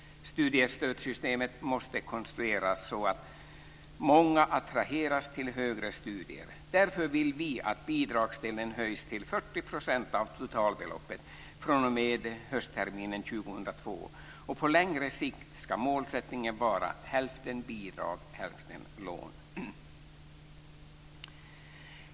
Studiestödssystemet måste konstrueras så att många attraheras till högre studier. Därför vill vi att bidragsdelen höjs till 40 % av totalbeloppet från höstterminen 2002. På längre sikt ska målsättningen vara hälften bidrag, hälften lån.